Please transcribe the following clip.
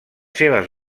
seves